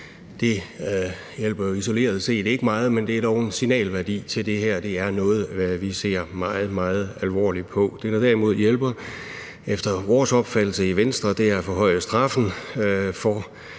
Det hjælper jo isoleret set ikke meget, men det har dog den signalværdi, at det her er noget, vi ser meget, meget alvorligt på. Det, der derimod efter vores opfattelse i Venstre hjælper, er at forhøje straffen for